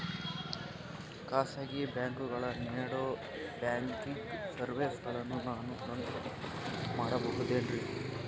ಖಾಸಗಿ ಬ್ಯಾಂಕುಗಳು ನೇಡೋ ಬ್ಯಾಂಕಿಗ್ ಸರ್ವೇಸಗಳನ್ನು ನಾನು ನಂಬಿಕೆ ಮಾಡಬಹುದೇನ್ರಿ?